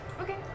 Okay